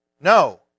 No